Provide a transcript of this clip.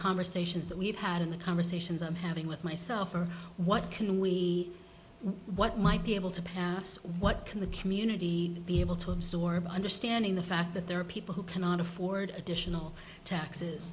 conversations that we've had in the conversations i'm having with myself are what can we what might be able to pass what can the community be able to absorb understanding the fact that there are people who cannot afford additional taxes